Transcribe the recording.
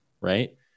right